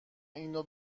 اینو